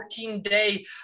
14-day